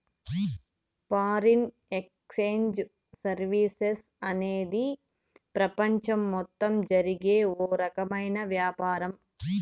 foreign exchange services అనేది ప్రపంచం మొత్తం జరిగే ఓ రకమైన వ్యాపారం